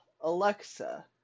Alexa